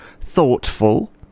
thoughtful